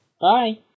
Bye